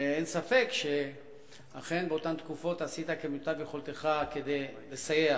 ואין ספק שאכן באותן תקופות עשית כמיטב יכולתך כדי לסייע.